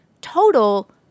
total